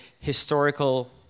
historical